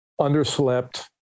underslept